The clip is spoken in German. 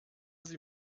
sie